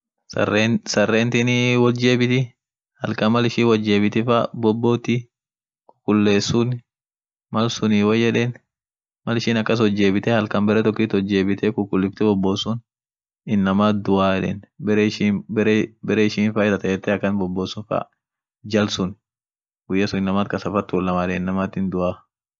saren-sarentini wojebiti, halkan mal ishin ojebite ,duub duut malsuun worabess dagartii edeen.aminen nam sareent nyaat hinmarataa edeen mal tau tau.